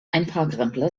einparkrempler